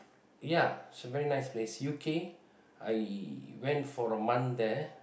ya it's a very nice place U_K I went for a month there